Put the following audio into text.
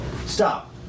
Stop